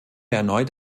erneut